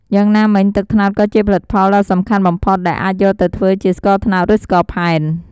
យ៉ាងណាមិញ ទឹកត្នោតក៏ជាផលិតផលដ៏សំខាន់បំផុតដែលអាចយកទៅធ្វើជាស្ករត្នោត និងស្ករផែន។